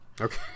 Okay